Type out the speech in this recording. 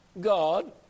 God